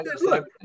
Look